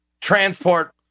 transport